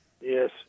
Yes